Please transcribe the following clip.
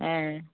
হ্যাঁ